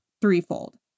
threefold